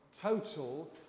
total